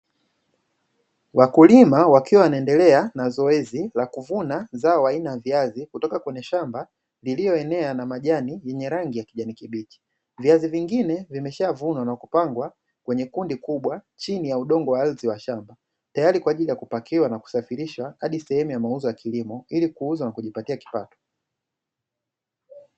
Wakulima wakiwa wanaendelea na zoezi la kuvuna zao aina ya viazi kutoka kwenye shamba lililo enea na majani yenye kijani kibichi viazi vingine vimesha vunwa na kupangwa kwenye kundi kubwa la ardhi ya shamba tayari kwa kupakiwa na kusafirishwa hadi sehemu ya mauzo ya kilimo hili kuuza na kujipatia kipato